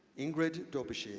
ingrid daubechies,